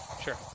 Sure